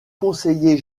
conseiller